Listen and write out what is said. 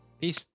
Peace